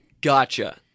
Gotcha